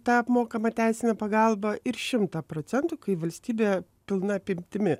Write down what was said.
tą apmokamą teisinę pagalbą ir šimtą procentų kai valstybė pilna apimtimi